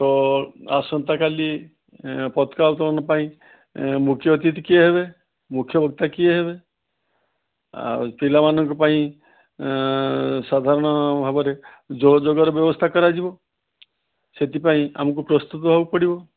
ତ ଆସନ୍ତାକାଲି ଏଁ ପତକା ଉତ୍ତୋଳନ ପାଇଁ ଏଁ ମୁଖ୍ୟ ଅତିଥି କିଏ ହେବେ ମୁଖ୍ୟ ବକ୍ତା କିଏ ହେବେ ଆଉ ପିଲାମାନଙ୍କ ପାଇଁ ସାଧାରଣ ଭାବରେ ଜଳଯୋଗାଣର ବ୍ୟବସ୍ତା କରାଯିବ ସେଇଥିପାଇଁ ଆମକୁ ପ୍ରସ୍ତୁତ ହେବାକୁ ପଡ଼ିବ